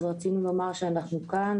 אז רצינו לומר שאנחנו כאן,